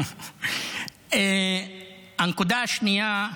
הנקודה השנייה,